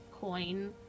coin